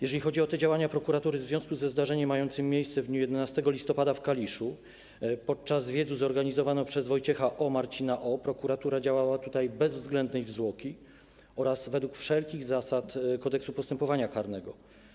Jeżeli chodzi o działania prokuratury w związku ze zdarzeniem mającym miejsce w dniu 11 listopada w Kaliszu podczas wiecu zorganizowanego przez Wojciecha O., Marcina O., prokuratura działała tutaj bez względnej zwłoki oraz według wszelkich zasad Kodeksu postępowania karnego.